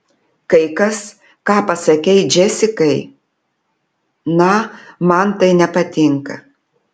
kai kas ką pasakei džesikai na man tai nepatinka